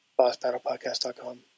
Bossbattlepodcast.com